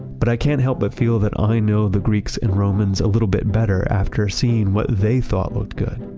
but i can't help but feel that i know the greeks and romans a little bit better after seeing what they thought looked good.